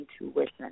intuition